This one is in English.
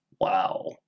Wow